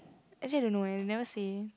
actually I don't know they never say